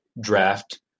draft